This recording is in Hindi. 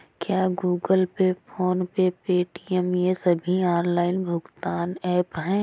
क्या Google Pay PhonePe Paytm ये सभी ऑनलाइन भुगतान ऐप हैं?